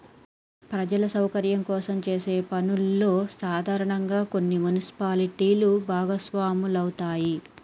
ప్రజల సౌకర్యం కోసం చేసే పనుల్లో సాధారనంగా కొన్ని మున్సిపాలిటీలు భాగస్వాములవుతాయి